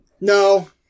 No